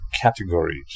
categories